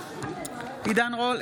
בעד עידן רול,